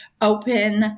open